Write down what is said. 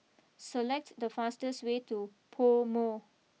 select the fastest way to Pomo